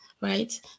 right